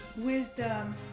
wisdom